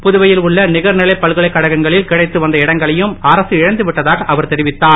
புதுவையில் உள்ள நிகர்நிலை மட்டுமே பல்கலைக்கழகங்களில் கிடைத்து வந்த இடங்களையும் அரசு இழந்துவிட்டதாக அவர் தெரிவித்தார்